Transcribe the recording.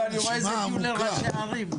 לא אני רואה שזה דיון לראשי ערים,